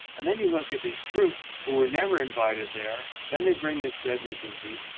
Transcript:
and then you look at these troops who were never invited there. then they bring this deadly disease.